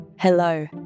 Hello